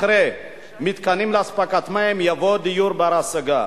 אחרי "מתקנים לאספקת מים" יבוא: "דיור בר-השגה".